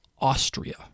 Austria